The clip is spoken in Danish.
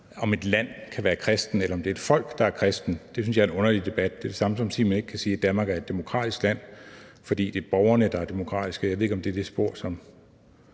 om et land kan være kristent, eller om det er et folk, der er kristent, men det synes jeg er en underlig debat. Det er det samme som at sige, at man ikke kan sige, at Danmark er et demokratisk land, fordi det er borgerne, der er demokratiske. Jeg ved ikke, om det er det spor, som